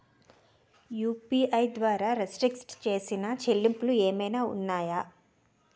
UPI ద్వారా restrict చేసిన చెల్లింపులు ఏమైనా ఉన్నాయా?